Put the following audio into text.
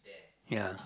ya